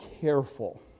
careful